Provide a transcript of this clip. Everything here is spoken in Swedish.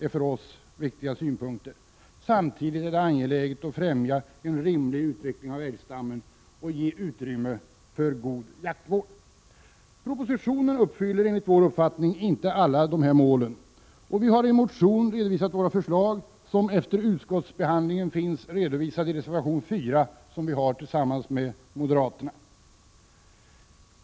Samtidigt är det angeläget att främja en rimlig utveckling av älgstammen och ge utrymme för god jaktvård. Propositionen uppfyller enligt vår uppfattning inte alla dessa mål. Vi har i en motion redovisat våra förslag, som efter utskottsbehandlingen finns redovisade i reservation 4, vilken vi har avgivit tillsammans med moderaterna.